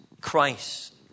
Christ